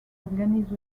organise